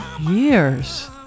years